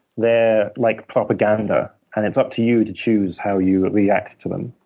they're like propaganda, and it's up to you to choose how you react to them.